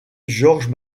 georges